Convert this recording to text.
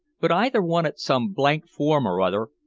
but either wanted some blank form or other,